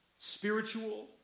spiritual